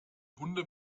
hunde